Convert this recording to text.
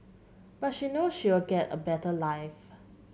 but she knows she'll get a better life